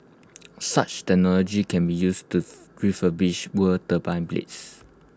such technology can be used to refurbish worn turbine blades